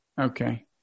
Okay